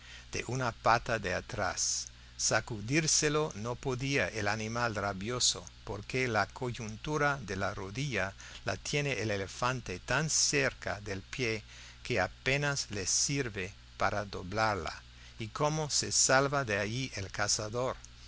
de una pata de atrás sacudírselo no podía el animal rabioso porque la coyuntura de la rodilla la tiene el elefante tan cerca del pie que apenas le sirve para doblarla y cómo se salva de allí el cazador